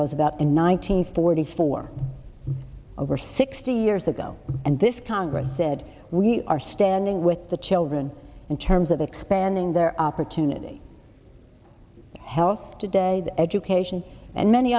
roosevelt in one nine hundred forty four over sixty years ago and this congress said we are standing with the children in terms of expanding their opportunity health today education and many